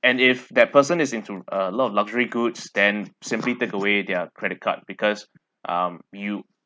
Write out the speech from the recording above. and if that person is into uh a lot of luxury goods then simply take away their credit card because um you